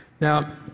Now